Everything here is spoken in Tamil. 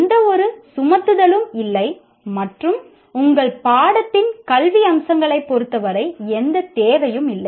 எந்தவொரு சுமத்துதலும் இல்லை மற்றும் உங்கள் பாடத்தின் கல்வி அம்சங்களைப் பொருத்தவரை எந்தத் தேவையும் இல்லை